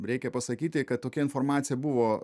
reikia pasakyti kad tokia informacija buvo